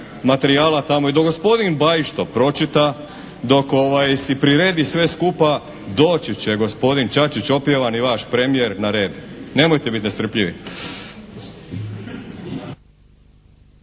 materijala tamo i dok gospodin Bajić to pročita, dok si priredi sve skupa doći će gospodin Čačić, opjevani vaš premijer na red. Nemojte biti nestrpljivi.